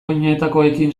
oinetakoekin